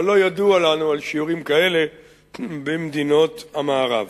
אבל לא ידוע לנו על שיעורים כאלה במדינות המערב.